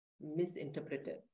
misinterpreted